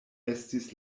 estis